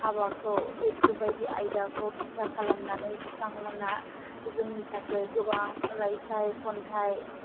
हाबाखौ बेफोरबायदि आयदाखौ बिथा खालामनानै बिथांमोना जोंनि थाखाय गोबां रायथाइ खन्थाइ